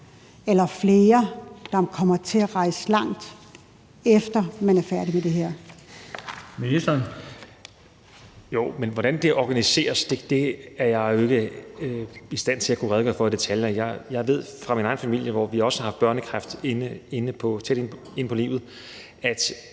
Den fg. formand (Bent Bøgsted): Ministeren. Kl. 15:47 Sundhedsministeren (Magnus Heunicke): Hvordan det organiseres, er jeg jo ikke i stand til at kunne redegøre for i detaljer. Jeg ved fra min egen familie, hvor vi også har haft børnekræft tæt inde på livet, at